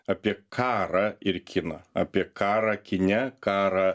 apie karą ir kino apie karą kine karą